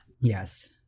Yes